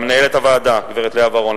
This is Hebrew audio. למנהלת הוועדה הגברת לאה ורון,